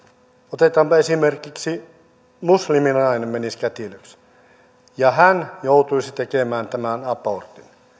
otetaanpa esimerkiksi että musliminainen menisi kätilöksi ja hän joutuisi tekemään tämän abortin